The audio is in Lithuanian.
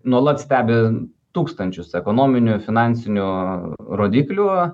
nuolat stebi tūkstančius ekonominių finansinių rodiklių